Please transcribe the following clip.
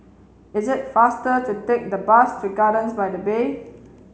it is faster to take the bus to Gardens by the Bay